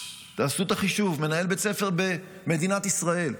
תעשו את החישוב, מנהל בית ספר במדינת ישראל.